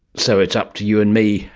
so it's up to you and me,